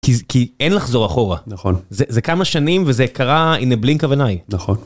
כי אין לחזור אחורה נכון זה כמה שנים וזה קרה in a blink of an eye.